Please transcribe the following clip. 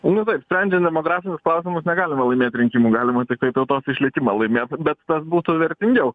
nu taip sprendžiant demografinius klausimus negalima laimėt rinkimų galima tiktai tautos išlikimą laimėt bet tas būtų vertingiau